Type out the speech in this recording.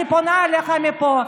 אני פונה אליך מפה,